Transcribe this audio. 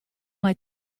mei